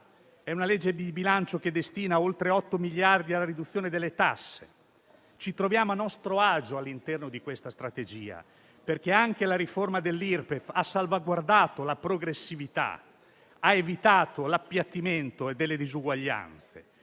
non chiede ma dà, che destina oltre 8 miliardi alla riduzione delle tasse. Ci troviamo a nostro agio all'interno di questa strategia, perché anche la riforma dell'Irpef ha salvaguardato la progressività, ha evitato l'appiattimento e le disuguaglianze